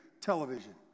television